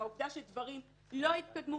מהעובדה שדברים לא התקדמו,